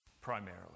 primarily